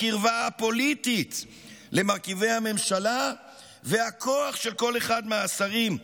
הקרבה הפוליטית למרכיבי הממשלה והכוח של כל אחד מהשרים,